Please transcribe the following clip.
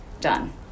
done